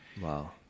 Wow